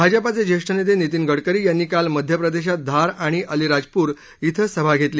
भाजपाचे ज्येष्ठ नेते नितीन गडकरी यांनी काल मध्यप्रदेशात धार आणि अलिराजपूर धिं सभा घेतली